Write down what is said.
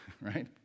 Right